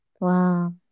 wow